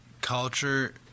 culture